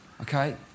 Okay